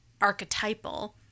archetypal